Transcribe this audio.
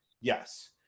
Yes